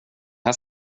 här